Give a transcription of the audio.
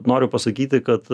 noriu pasakyti kad